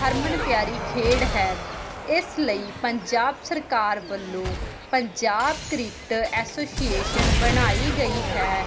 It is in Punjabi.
ਹਰਮਨ ਪਿਆਰੀ ਖੇਡ ਹੈ ਇਸ ਲਈ ਪੰਜਾਬ ਸਰਕਾਰ ਵੱਲੋਂ ਪੰਜਾਬ ਕ੍ਰਿਕਟ ਐਸੋਸੀਏਸ਼ਨ ਬਣਾਈ ਗਈ ਹੈ